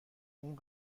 اون